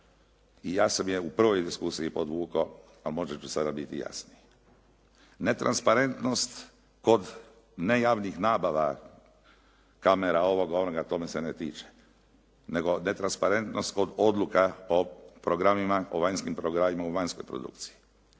i ja sam je u prvoj diskusiji podvukao, a možda ću sada biti jasniji. Netransparentnost kod ne javnih nabava, kamera, ovoga, onoga, to me se ne tiče nego netransparentnost kod odluka o programima, o vanjskim programima u vanjskoj produkciji.